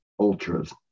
ultras